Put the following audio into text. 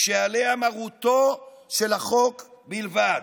כשעליה מרותו של החוק בלבד.